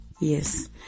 Yes